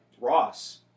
Ross